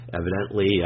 evidently